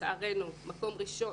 לצערנו מקום ראשון,.